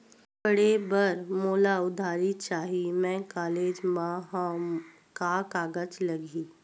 पढ़े बर मोला उधारी चाही मैं कॉलेज मा हव, का कागज लगही?